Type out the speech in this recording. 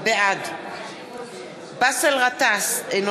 בעד באסל גטאס, אינו